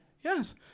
yes